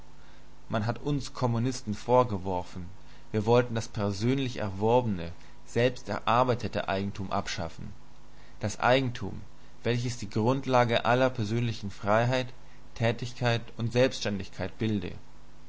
man hat uns kommunisten vorgeworfen wir wollten das persönlich erworbene selbsterarbeitete eigentum abschaffen das eigentum welches die grundlage aller persönlichen freiheit tätigkeit und selbständigkeit bilde